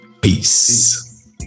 Peace